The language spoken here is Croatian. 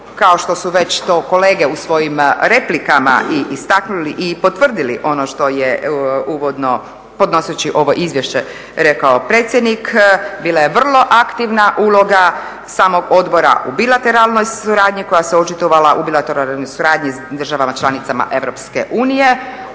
kao što su već to kolege u svojim replikama i istaknuli i potvrdili ono što je uvodno podnoseći ovo izvješće rekao predsjednik bila je vrlo aktivna uloga samog odbora u bilateralnoj suradnji koja se očitovala u bilateralnoj suradnji sa državama članicama EU,